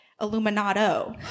Illuminato